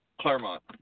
Claremont